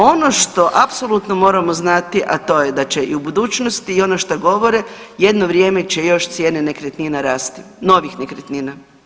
Ono što apsolutno moramo znati, a to je da će i u budućnosti i ono što govore jedno vrijeme će još cijene nekretnina rasti, novih nekretnina.